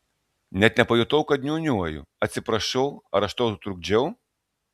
net nepajutau kad niūniuoju atsiprašau ar aš tau trukdžiau